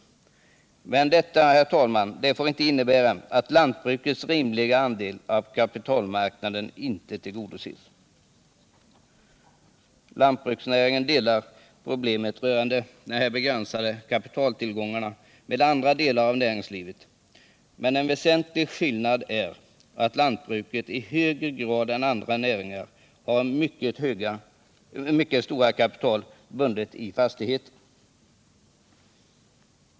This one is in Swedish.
Emellertid får inte detta innebära att lantbrukets rimliga andel av kapitalmarknaden inte tillgodoses. Lantbruksnäringen delar problemet rörande begränsad kapitaltillgång med andra delar av näringslivet, men en väsentlig skillnad är att lantbruket i högre grad än andra näringar har mycket kapital bundet i fastigheter.